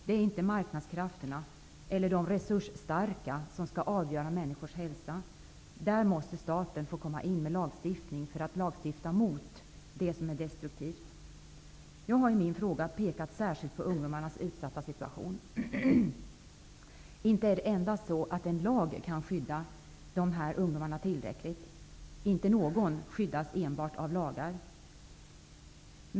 Det är inte marknadskrafterna eller de resursstarka som skall avgöra hur människors hälsa skall vara. Där måste staten få komma in och lagstifta mot det som är destruktivt. Jag har i min fråga pekat särskilt på ungdomarnas utsatta situation. Det är inte så att endast en lag kan skydda dessa ungdomar tillräckligt. Inte någon skyddas enbart av lagar.